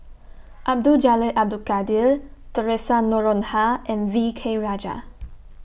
Abdul Jalil Abdul Kadir Theresa Noronha and V K Rajah